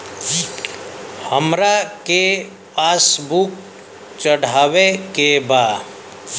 हमरा के पास बुक चढ़ावे के बा?